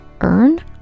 earn